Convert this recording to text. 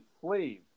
sleeve